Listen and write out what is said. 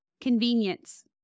Convenience